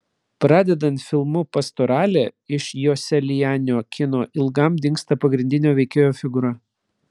pradedant filmu pastoralė iš joselianio kino ilgam dingsta pagrindinio veikėjo figūra